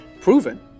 proven